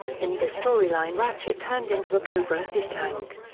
in this storyline ratchet turned into a cobra hiss tank.